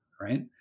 right